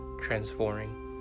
transforming